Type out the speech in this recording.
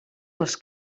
les